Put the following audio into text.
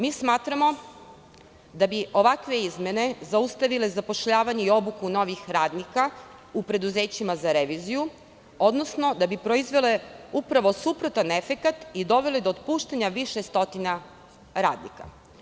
Mi smatramo da bi ovakve izmene zaustavile zapošljavanje i obuku novih radnika u preduzećima za reviziju odnosno da bi proizvele upravo suprotan efekat i dovele do otpuštanja više stotina radnika.